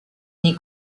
n’y